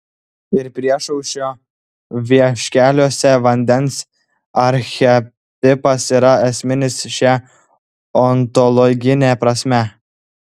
ir priešaušrio vieškeliuose vandens archetipas yra esminis šia ontologine prasme